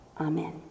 Amen